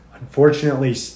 unfortunately